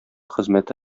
хезмәте